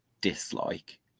dislike